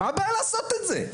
מה הבעיה לעשות את זה?